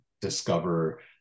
discover